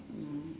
mm